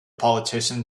politician